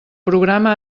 programa